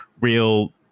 real